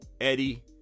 Eddie